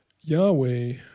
Yahweh